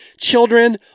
children